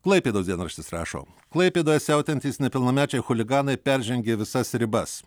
klaipėdos dienraštis rašo klaipėdoje siautėjantys nepilnamečiai chuliganai peržengė visas ribas